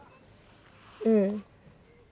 mm